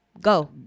Go